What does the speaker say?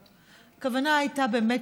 הכוונה הייתה טובה.